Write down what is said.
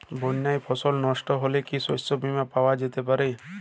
বন্যায় ফসল নস্ট হলে কি শস্য বীমা পাওয়া যেতে পারে?